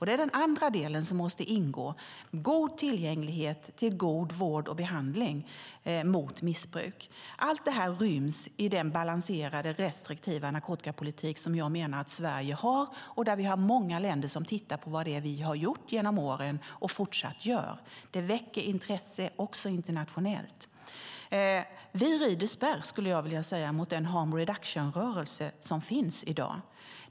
Det är den andra delen som måste ingå: god tillgänglighet till god vård och behandling mot missbruk. Allt det här ryms i den balanserade, restriktiva narkotikapolitik som jag menar att Sverige har. Många länder tittar på vad det är vi har gjort genom åren och fortsatt gör. Det väcker intresse också internationellt. Vi rider spärr, skulle jag vilja säga, mot den harm reduction-rörelse som finns i dag.